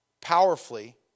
powerfully